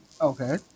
Okay